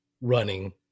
running